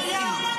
דוקטור רעל.